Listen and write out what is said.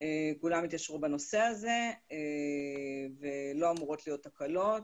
כולם התיישרו בנושא הזה ולא אמורות להיות תקלות.